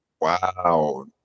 Wow